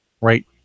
right